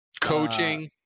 Coaching